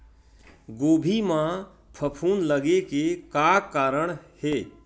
गोभी म फफूंद लगे के का कारण हे?